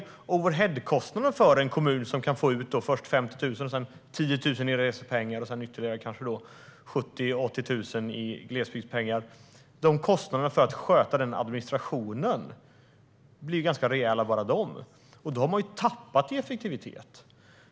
Bara kostnaderna för att sköta administrationen för en kommun som kan få ut först 50 000, sedan 10 000 i resebidrag och sedan kanske ytterligare 70 000 - 80 000 i glesbygdspengar blir ganska rejäla. Och då har vi tappat i effektivitet.